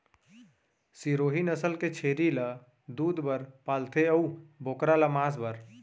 सिरोही नसल के छेरी ल दूद बर पालथें अउ बोकरा ल मांस बर